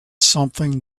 something